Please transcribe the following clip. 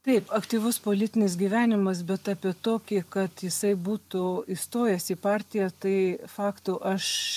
taip aktyvus politinis gyvenimas bet apie tokį kad jisai būtų įstojęs į partiją tai fakto aš